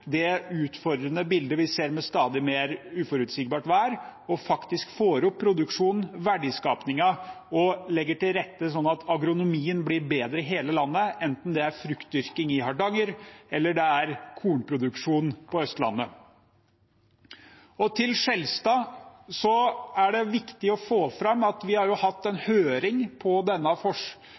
det utfordrende bildet vi ser med stadig mer uforutsigbart vær, og får opp produksjonen og verdiskapingen og legger til rette slik at agronomien blir bedre i hele landet – enten det er fruktdyrking i Hardanger eller kornproduksjon på Østlandet. Til Skjelstad: Det er viktig å få fram at vi har hatt en høring på